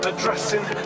addressing